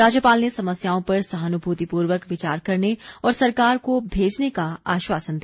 राज्यपाल ने समस्याओं पर सहानुभूतिपूर्वक विचार करने और सरकार को भेजने का आश्वासन दिया